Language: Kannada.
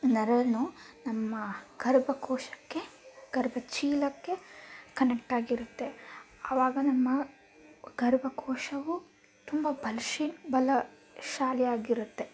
ನರನೂ ನಮ್ಮ ಗರ್ಭಕೋಶಕ್ಕೆ ಗರ್ಭಚೀಲಕ್ಕೆ ಕನೆಕ್ಟಾಗಿರುತ್ತೆ ಆವಾಗ ನಮ್ಮ ಗರ್ಭಕೋಶವು ತುಂಬ ಬಲ ಶೀಲ ಬಲಶಾಲಿ ಆಗಿರುತ್ತೆ